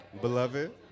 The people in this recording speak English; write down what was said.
Beloved